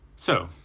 so,